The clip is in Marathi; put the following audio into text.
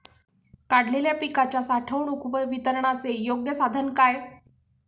काढलेल्या पिकाच्या साठवणूक व वितरणाचे योग्य साधन काय?